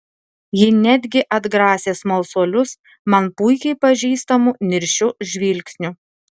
ji netgi atgrasė smalsuolius man puikiai pažįstamu niršiu žvilgsniu